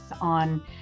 on